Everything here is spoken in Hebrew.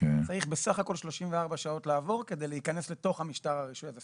צריך בסך הכל 34 שעות לעבור כדי להיכנס לתוך משטר הרישוי הזה.